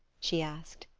she asked.